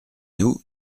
nous